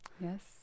Yes